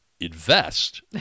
invest